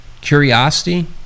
curiosity